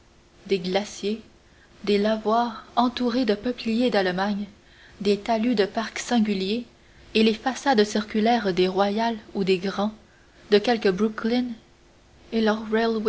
des glaciers des lavoirs entourés de peupliers d'allemagne des talus de parcs singuliers et les façades circulaires des royal ou des grand de quelque brooklin et leurs